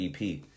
EP